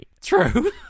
True